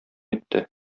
итте